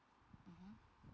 mmhmm